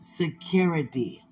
security